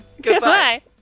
Goodbye